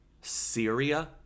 Syria